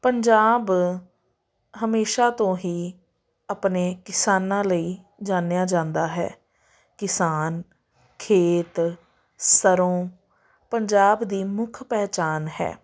ਪੰਜਾਬ ਹਮੇਸ਼ਾ ਤੋਂ ਹੀ ਆਪਣੇ ਕਿਸਾਨਾਂ ਲਈ ਜਾਣਿਆ ਜਾਂਦਾ ਹੈ ਕਿਸਾਨ ਖੇਤ ਸਰੋਂ ਪੰਜਾਬ ਦੀ ਮੁੱਖ ਪਹਿਚਾਣ ਹੈ